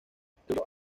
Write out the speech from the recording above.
contribuyó